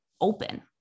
open